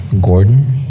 Gordon